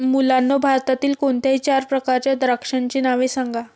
मुलांनो भारतातील कोणत्याही चार प्रकारच्या द्राक्षांची नावे सांगा